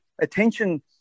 attention